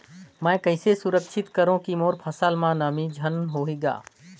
मैं कइसे सुरक्षित करो की मोर फसल म नमी झन होही ग?